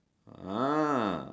ah